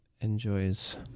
Enjoys